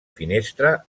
finestra